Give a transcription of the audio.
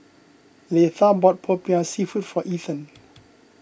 Leitha bought Popiah Seafood for Ethen